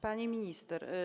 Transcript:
Pani Minister!